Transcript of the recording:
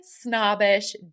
snobbish